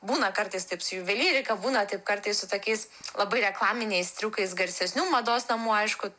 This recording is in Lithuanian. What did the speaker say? būna kartais taip su juvelyrika būna taip kartais su tokiais labai reklaminiais triukais garsesnių mados namų aišku